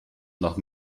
nach